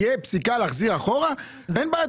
אם תהיה פסיקה להחזיר אחורה - אין בעיה,